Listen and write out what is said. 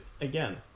Again